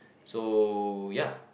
so ya